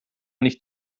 nicht